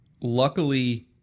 Luckily